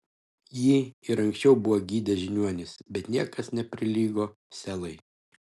jį ir anksčiau buvo gydę žiniuonys bet niekas neprilygo selai